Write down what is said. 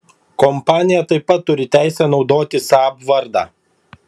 kompanija taip pat turi teisę naudoti saab vardą